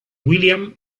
william